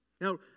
Now